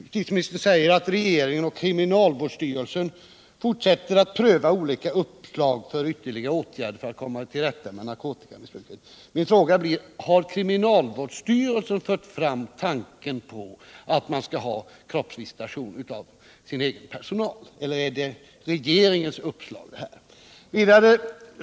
Justitieministern säger att regeringen och kriminalvårdsstyrelsen fortsätter att pröva olika uppslag till ytterligare åtgärder för att komma till rätta med narkotikamissbruket. Min fråga blir: Har kriminalvårdsstyrelsen fört fram tanken på kroppsvisitation av dess egen personal, eller är det regeringens uppslag?